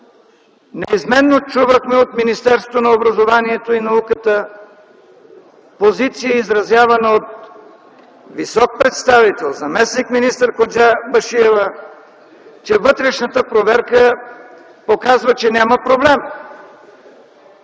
неизменно чувахме от Министерството на образованието, младежта и науката позиция, изразявана от висок представител - заместник-министър Коджабашиева, че вътрешната проверка показва, че няма проблем